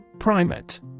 Primate